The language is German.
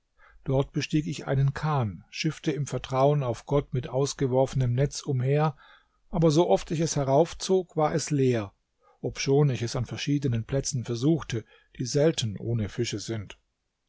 dort bestieg ich einen kahn schiffte im vertrauen auf gott mit ausgeworfenem netz umher aber so oft ich es heraufzog war es leer obschon ich es an verschiedenen plätzen versuchte die selten ohne fische sind